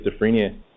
schizophrenia